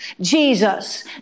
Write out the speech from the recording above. Jesus